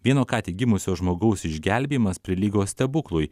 vieno ką tik gimusio žmogaus išgelbėjimas prilygo stebuklui